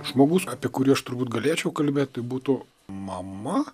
žmogus apie kurį aš turbūt galėčiau kalbėti tai būtų mama